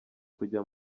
kujya